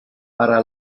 para